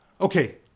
okay